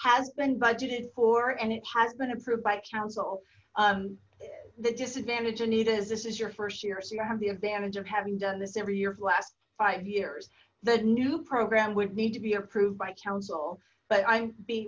has been budgeted for and it has been approved by council the disadvantage anita is this is your first year so you have the advantage of having done this every year for the last five years the new program would need to be approved by council but